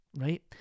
right